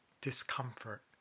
discomfort